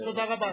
תודה רבה,